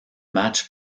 match